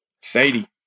Sadie